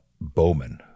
Bowman